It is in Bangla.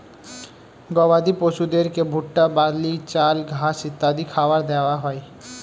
গবাদি পশুদেরকে ভুট্টা, বার্লি, চাল, ঘাস ইত্যাদি খাবার দেওয়া হয়